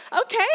okay